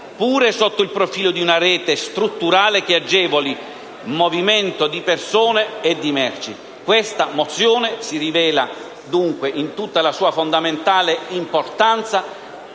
pure sotto il profilo di una rete strutturale che agevoli movimento di persone e di merci. Questa mozione si rivelerà in tutta la sua fondamentale importanza